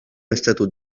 estatut